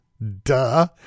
duh